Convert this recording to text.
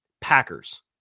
Packers